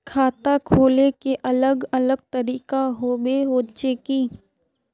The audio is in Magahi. खाता खोले के अलग अलग तरीका होबे होचे की?